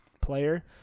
player